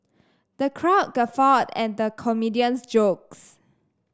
the crowd guffawed at the comedian's jokes